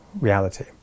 reality